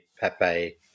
Pepe